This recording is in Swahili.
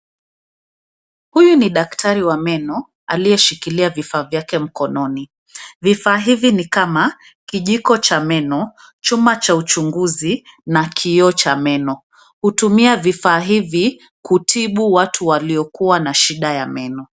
Huyu ni daktari wa meno aliyeshikilia vifaa vyake mkononi. Vifaa hivi ni kama, kijiko cha meno, chuma cha uchunguzi na kioo cha meno. Hutumia vifaa hivi kutibu watu waliokua na shida ya meno.